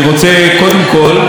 כספיח לדיון הקודם,